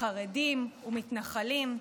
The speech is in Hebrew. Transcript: חרדים ומתנחלים.